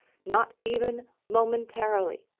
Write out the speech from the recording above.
not even momentarily,